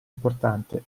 importante